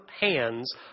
hands